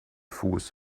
fuß